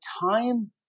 time